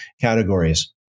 categories